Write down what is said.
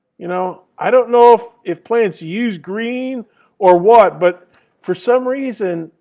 you know? i don't know if if plants use green or what, but for some reason,